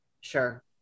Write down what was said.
Sure